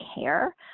care